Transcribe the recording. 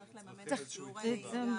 צריך לממן את שיעורי הנהיגה.